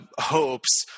hopes